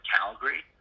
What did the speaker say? Calgary